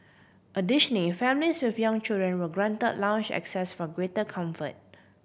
families with young children were grant lounge access for greater comfort